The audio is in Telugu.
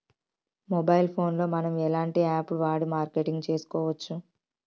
మొబైల్ ఫోన్ లో మనం ఎలాంటి యాప్ వాడి మార్కెటింగ్ తెలుసుకోవచ్చు?